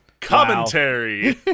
Commentary